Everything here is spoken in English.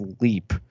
leap